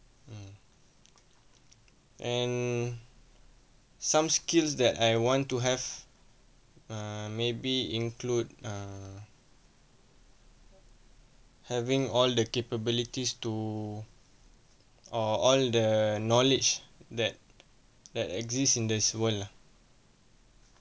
mm and some skills that I want to have err maybe include err having all the capabilities to al~ all the knowledge that that exist in this world ah